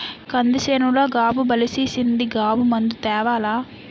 కంది సేనులో గాబు బలిసీసింది గాబు మందు తేవాల